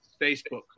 Facebook